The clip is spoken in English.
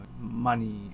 money